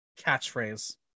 catchphrase